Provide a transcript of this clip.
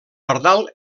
pardal